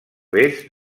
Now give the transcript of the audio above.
bes